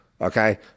okay